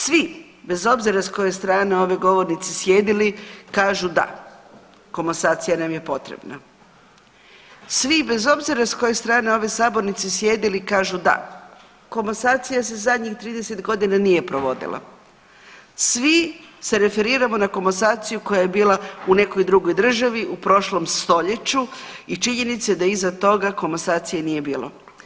Svi bez obzira s koje strane ove govornice sjedili kažu da komasacija nam je potrebna, svi bez obzira s koje strane ove sabornice sjedili kažu da komasacija se zadnjih 30.g. nije provodila, svi se referiramo na komasaciju koja je bila u nekoj drugoj državi u prošlom stoljeću i činjenica je da iza toga komasacije nije bilo.